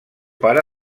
pare